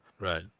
Right